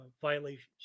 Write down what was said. violations